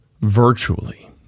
virtually